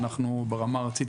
ואנחנו ברמה הארצית,